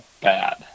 bad